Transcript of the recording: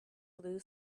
blue